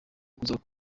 kuzakora